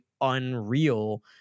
unreal